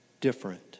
different